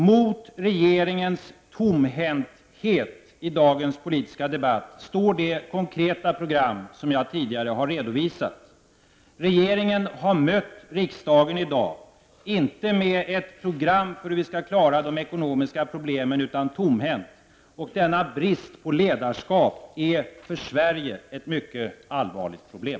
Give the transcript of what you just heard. Mot regeringens tomhänthet i dagens politiska debatt står det konkreta program som jag tidigare har redovisat. Regeringen har mött riksdagen i dag, inte med ett program för hur vi skall klara de ekonomiska problemen utan tomhänt. Och denna brist på ledarskap är för Sverige ett mycket allvarligt problem.